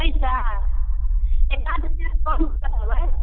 पइसा एकाध हजार कम कऽ देबै